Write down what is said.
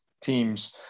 teams